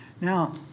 Now